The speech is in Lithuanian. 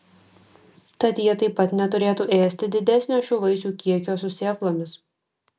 tad jie taip pat neturėtų ėsti didesnio šių vaisių kiekio su sėklomis